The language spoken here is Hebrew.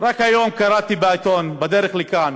רק היום קראתי בעיתון, בדרך לכאן,